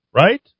right